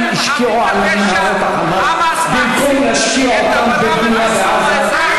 השקיע ה"חמאס" במנהרות במקום להשקיע אותם בבנייה בעזה?